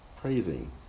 praising